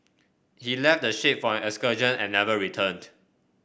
he left the ship for an excursion and never returned